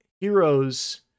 heroes